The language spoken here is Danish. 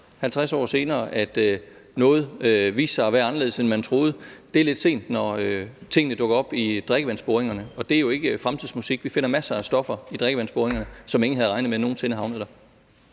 50 år senere, at noget viste sig at være anderledes, end man troede, så er det lidt sent, når stofferne dukker op i drikkevandsboringerne. Og det er jo ikke fremtidsmusik – vi finder masser af stoffer i drikkevandsboringerne, som ingen havde regnet med nogen sinde ville havne der.